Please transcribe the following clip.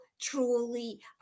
truly